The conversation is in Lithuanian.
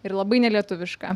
ir labai nelietuviška